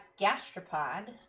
Gastropod